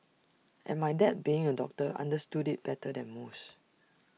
and my dad being A doctor understood IT better than most